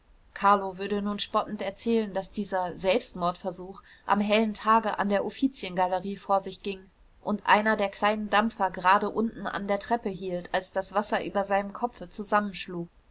carlo würde nun spottend erzählen daß dieser selbstmordversuch am hellen tage an der uffiziengalerie vor sich ging und einer der kleinen dampfer gerade unten an der treppe hielt als das wasser über seinem kopfe zusammenschlug